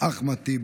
ניסים ואטורי,